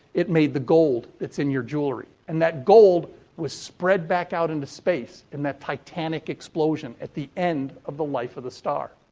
it made the gold that's in your jewelry. and that gold was spread back out into space in that titanic explosion at the end of the life of the star.